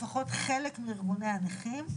לפחות חלק מארגוני הנכים,